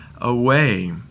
away